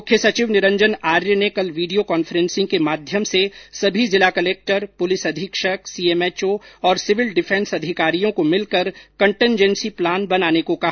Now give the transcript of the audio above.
मुख्य सचिव निरंजन आर्य ने कल वीडियो कॉन्फ्रेन्सिंग के माध्यम से सभी जिला कलेक्टर पुलिस अधीक्षक सीएमएचओ और सिविल डिफेंस अधिकारियों को मिलकर कंटनजेन्सी प्लान बनाने को कहा